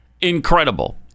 incredible